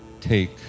take